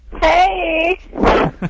Hey